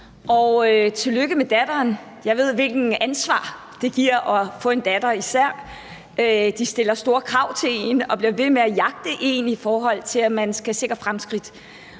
tillykke med datteren. Jeg ved, hvilket ansvar det giver at få især en datter. De stiller store krav til en og de bliver ved med at jagte en, i forhold til at man skal sikre fremskridt.